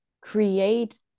create